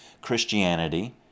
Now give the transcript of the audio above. Christianity